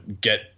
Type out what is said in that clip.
get